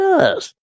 Yes